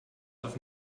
auf